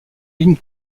ligne